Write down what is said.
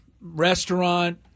restaurant